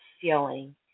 feeling